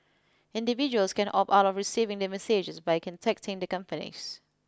individuals can opt out of receiving the messages by contacting the companies